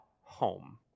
home